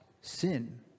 sin